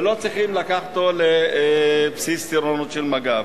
ולא צריכים לקחת אותו לבסיס טירונים של מג"ב.